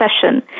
session